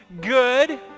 good